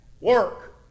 work